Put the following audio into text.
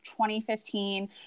2015